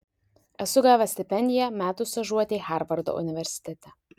esu gavęs stipendiją metų stažuotei harvardo universitete